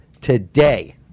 today